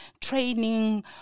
training